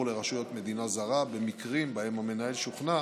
לרשויות מדינה זרה במקרים שבהם המנהל שוכנע